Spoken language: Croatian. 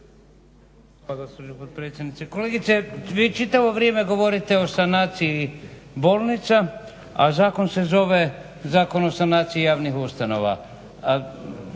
Hvala gospođo potpredsjednice. Kolegice vi čitavo vrijeme govorite o sanaciji bolnica, a zakon se zove Zakon o sanaciji javnih ustanova.